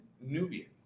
Nubian